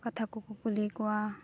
ᱠᱟᱛᱷᱟ ᱠᱚᱠᱚ ᱠᱩᱞᱤ ᱠᱚᱣᱟ